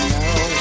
now